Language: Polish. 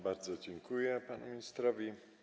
Bardzo dziękuję panu ministrowi.